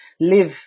live